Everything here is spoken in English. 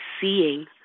seeing